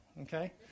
Okay